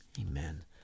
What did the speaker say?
Amen